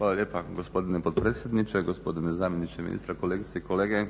Hvala lijepa gospodine potpredsjedniče. Gospodine zamjeniče ministra, kolegice i kolege.